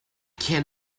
can’t